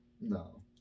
No